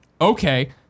Okay